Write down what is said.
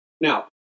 Now